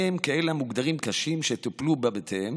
וביניהם כאלה המוגדרים קשים, שטופלו בבתיהם